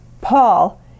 Paul